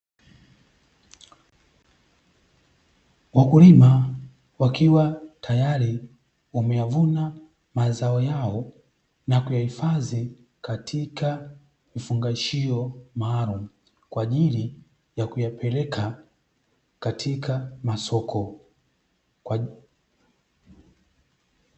Wakulima wakiwa tayari wameyavuna mazao yao na kuyahifadhi katika vifungashio maalumu, kwa ajili ya kuyapeleka katika masoko.